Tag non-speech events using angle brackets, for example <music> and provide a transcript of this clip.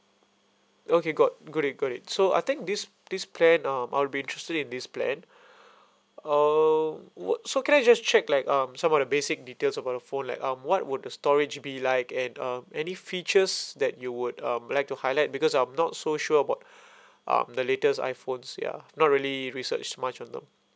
okay got got it got it so I think this this plan um I'll be interested in this plan <breath> um would so can I just check like um some of the basic details over the phone like um what would the storage be like and um any features that you would um like to highlight because I'm not so sure about <breath> um the latest iphones ya not really research much on them